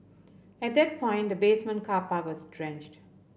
at that point the basement car park was drenched